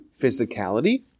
physicality